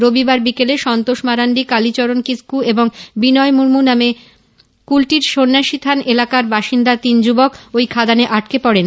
রবিবার বিকেলে সন্তোষ মারান্ডি কালীচরণ কিসকু এবং বিনয় মুর্মু নামে কুলটির সন্ন্যাসী থান এলাকার বাসিন্দা তিন যুবক ওই খাদানে আটকে পড়েন